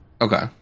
Okay